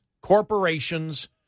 corporations